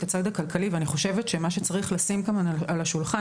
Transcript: את הצד הכלכלי ואני חושבת שמה שצריך לשים כאן על השולחן